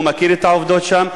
הוא מכיר את העובדות שם.